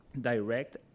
Direct